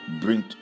bring